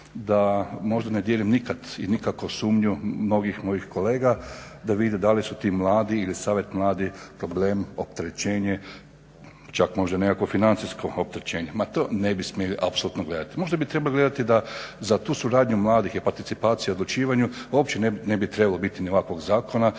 da možda ne dijelim nikad i nikako sumnju mnogih mojih kolega da vide da li su ti mladi ili Savjet mladih problem, opterećenje čak možda nekakvo financijsko opterećenje. Ma to ne bi smjeli apsolutno gledati. Možda bi trebali gledati da za tu suradnju mladih je participacija u odlučivanju i uopće ne bi trebalo biti ni ovakvog zakona